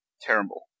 Terrible